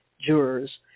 jurors